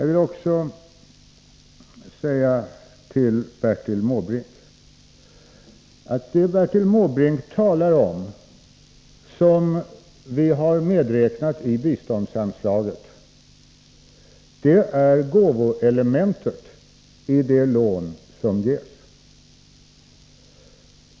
Det Bertil Måbrink talar om och som vi har räknat in i biståndsanslaget är gåvoelementet i de lån som ges.